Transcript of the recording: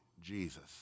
Jesus